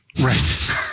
Right